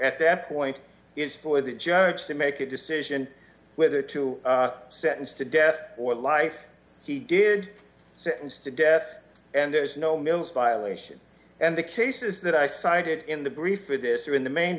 at that point is for the judge to make a decision whether to sentenced to death or life he did sentenced to death and there's no mills violation and the cases that i cited in the brief in this in the main